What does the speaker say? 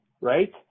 right